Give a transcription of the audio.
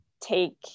take